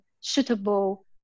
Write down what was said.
suitable